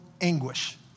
anguish